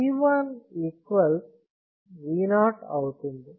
V1 V0 అవుతుంది